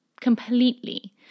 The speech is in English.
completely